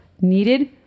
needed